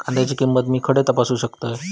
कांद्याची किंमत मी खडे तपासू शकतय?